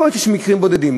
יכול להיות שיש מקרים בודדים,